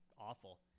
awful